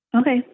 Okay